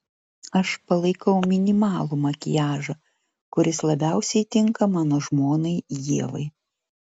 aš palaikau minimalų makiažą kuris labiausiai tinka mano žmonai ievai